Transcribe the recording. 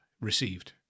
received